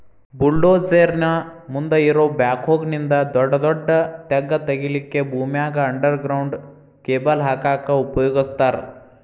bulldozer ನ ಮುಂದ್ ಇರೋ ಬ್ಯಾಕ್ಹೊ ನಿಂದ ದೊಡದೊಡ್ಡ ತೆಗ್ಗ್ ತಗಿಲಿಕ್ಕೆ ಭೂಮ್ಯಾಗ ಅಂಡರ್ ಗ್ರೌಂಡ್ ಕೇಬಲ್ ಹಾಕಕ್ ಉಪಯೋಗಸ್ತಾರ